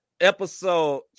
Episode